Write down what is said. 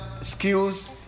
skills